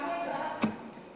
כמה יצא לך?